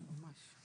בחוסר.